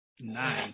Nine